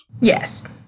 Yes